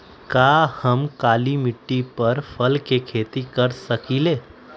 का हम काली मिट्टी पर फल के खेती कर सकिले?